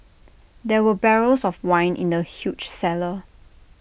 there were barrels of wine in the huge cellar